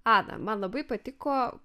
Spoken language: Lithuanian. ana man labai patiko